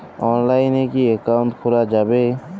অনলাইনে কি অ্যাকাউন্ট খোলা যাবে?